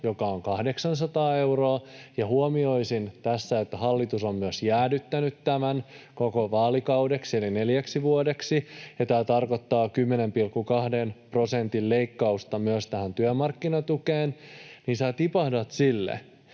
joka on 800 euroa — ja huomioisin tässä, että hallitus on myös jäädyttänyt tämän koko vaalikaudeksi eli neljäksi vuodeksi, ja tämä tarkoittaa 10,2 prosentin leikkausta myös työmarkkinatukeen — eli tipahdat sille.